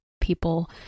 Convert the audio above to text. people